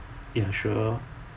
ya sure